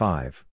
Five